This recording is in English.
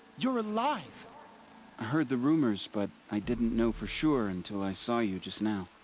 you're alive! i heard the rumors, but. i didn't know for sure until i saw you just now.